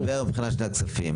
הוא מדבר מבחינת שנת כספים.